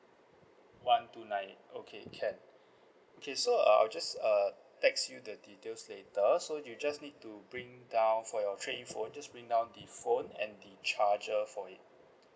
one two nine okay can okay so uh I'll just uh text you the details later so you just need to bring down for your trade in phone just bring down the phone and the charger for it